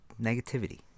negativity